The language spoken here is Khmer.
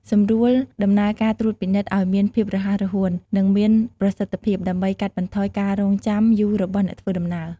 សម្រួលដំណើរការត្រួតពិនិត្យឱ្យមានភាពរហ័សរហួន និងមានប្រសិទ្ធភាព ដើម្បីកាត់បន្ថយការរង់ចាំយូររបស់អ្នកធ្វើដំណើរ។